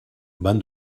van